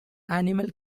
animal